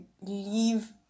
leave